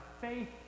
faith